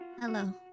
Hello